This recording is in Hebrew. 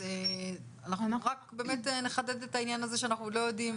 אז אנחנו רק נחדד את העניין הזה שאנחנו לא יודעים